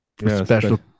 Special